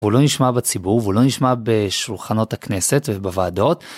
הוא לא נשמע בציבור והוא לא נשמע בשולחנות הכנסת ובוועדות.